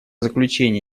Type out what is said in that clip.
заключения